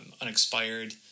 unexpired